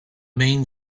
main